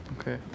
okay